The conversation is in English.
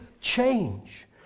change